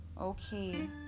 Okay